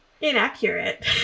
Inaccurate